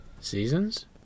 Seasons